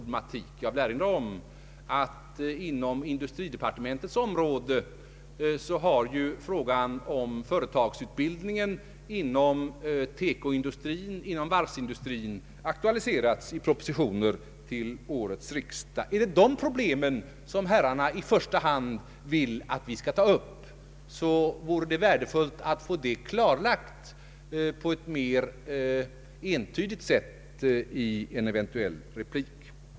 Jag vill erinra om att på industridepartementets område har frågan om företagsutbildningen inom TEKO-industrin och inom varvsindustrin aktualiserats i propositioner till årets riksdag. Om det är dessa problem som ni vill att vi i första hand skall ta upp, vore det värdefullt att få detta klarlagt på ett mer entydigt sätt i en eventuell replik.